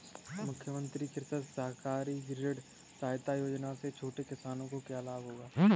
मुख्यमंत्री कृषक सहकारी ऋण सहायता योजना से छोटे किसानों को क्या लाभ होगा?